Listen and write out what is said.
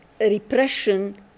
repression